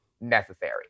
necessary